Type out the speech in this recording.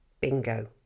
Bingo